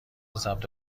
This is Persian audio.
ثبت